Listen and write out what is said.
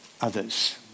others